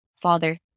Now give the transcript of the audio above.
father